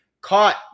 caught